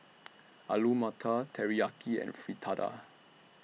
Alu Matar Teriyaki and Fritada